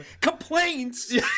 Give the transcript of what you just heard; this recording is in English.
Complaints